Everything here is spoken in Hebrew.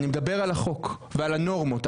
אני מדבר על החוק ועל הנו רמות.